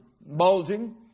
bulging